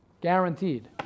Guaranteed